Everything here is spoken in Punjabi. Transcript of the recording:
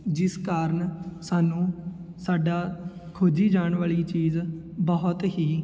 ਜਿਸ ਕਾਰਨ ਸਾਨੂੰ ਸਾਡਾ ਖੋਜੀ ਜਾਣ ਵਾਲੀ ਚੀਜ਼ ਬਹੁਤ ਹੀ